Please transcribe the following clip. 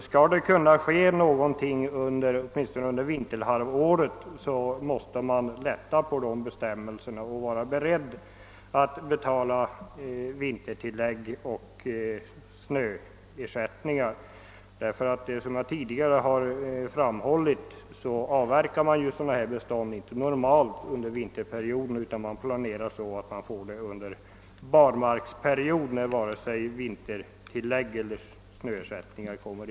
Skall det hända någonting under vinterhalvåret måste man lätta på dessa bestämmelser och vara beredd att betala vintertillägg och snöersättning. Som jag tidigare framhållit avverkas nämligen normalt inte sådana bestånd under vinterperioden utan under barmarksperioden, då dessa ersättningar inte kommer.